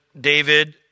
David